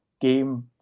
game